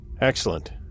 Excellent